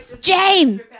Jane